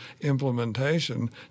implementation